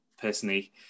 personally